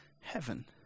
heaven